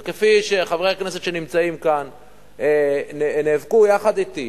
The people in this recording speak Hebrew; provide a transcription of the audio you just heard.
וכפי שחברי הכנסת שנמצאים כאן נאבקו יחד אתי